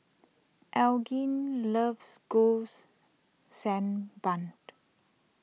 Elgin loves Goles Sand Bun